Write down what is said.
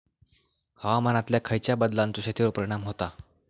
हवामानातल्या खयच्या बदलांचो शेतीवर परिणाम होता?